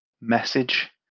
message